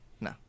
No